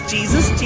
Jesus